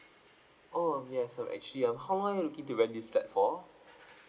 oh yes um actually uh how long are you looking to rent this flat for